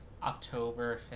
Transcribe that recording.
October